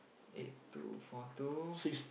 eight two four two